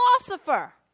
philosopher